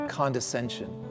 condescension